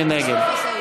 מי נגד?